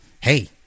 Hey